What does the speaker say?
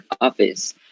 office